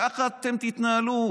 ככה אתם תתנהלו,